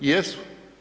Jesu.